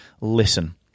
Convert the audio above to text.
listen